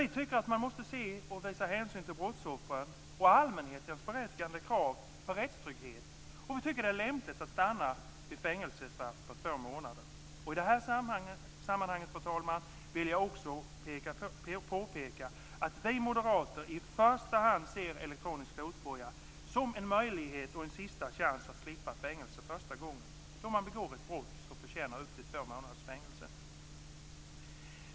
Vi tycker att man måste visa hänsyn till brottsoffrens och allmänhetens berättigade krav på rättstrygghet och att det är lämpligt att stanna vid fängelsestraff på två månader. I detta sammanhang, fru talman, vill jag också påpeka att vi moderater i första hand ser elektronisk fotboja som en möjlighet och en sista chans att slippa fängelse första gången man begår ett brott som förtjänar upp till två månaders fängelse.